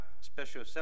Special